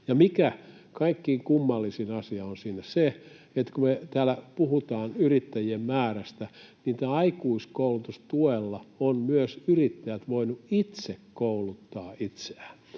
Kaikkein kummallisin asia on siinä se, että kun me täällä puhutaan yrittäjien määrästä, niin tällä aikuiskoulutustuella ovat myös yrittäjät voineet itse kouluttaa itseään,